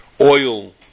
Oil